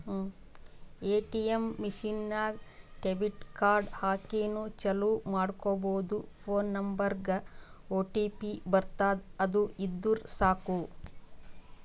ATM machine ನಾಗ್ debit card ಹಾಕಿನೂ ಚಾಲೂ ಮಾಡ್ಕೊಬೋದು ಫೋನ್ ನಂಬರ್ಗ್ ಒಟಿಪಿ ಬರ್ತುದ್ ಅದು ಇದ್ದುರ್ ಸಾಕು